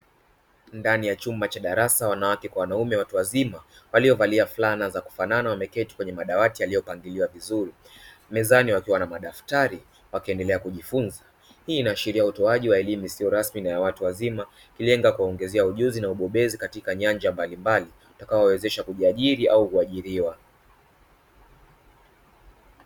Ndani ya chumba cha darasa wanawake kwa wanaume watu wazima waliovalia flana za kufanana wameketi kwenye madawati yaliyopangiliwa vizuri mezani wakiwa na madaftari wakiendelea kujifunza. Hii inaashiria utoaji wa elimu isiyo rasmi na ya watu wazima ikilenga kuwaongezea ujuzi na ubobezi katika nyanja mbalimbali itakayowawezesha kujiajiri au kuajiriwa.